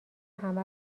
همه